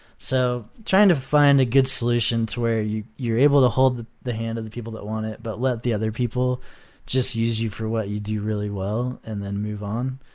so trying to find a good solution to where you're able to hold the the hand of the people that want it, but let the other people just use you for what you do really well and then move on.